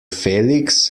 felix